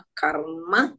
karma